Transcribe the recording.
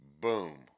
Boom